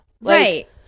Right